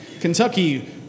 Kentucky